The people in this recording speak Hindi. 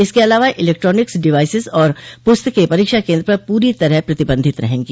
इसके अलावा इलेक्ट्रानिक्स डिवाइसिस और पुस्तकें परीक्षा केन्द्र पर पूरी तरह प्रतिबंधित रहेंगी